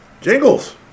Jingles